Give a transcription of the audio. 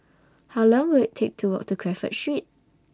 How Long Will IT Take to Walk to Crawford Street